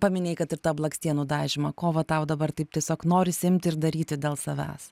paminėjai kad ir tą blakstienų dažymą ko va tau dabar taip tiesiog norisi imti ir daryti dėl savęs